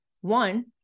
One